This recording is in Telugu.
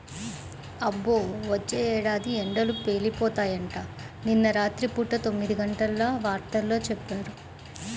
అబ్బో, వచ్చే ఏడాది ఎండలు పేలిపోతాయంట, నిన్న రాత్రి పూట తొమ్మిదిగంటల వార్తల్లో చెప్పారు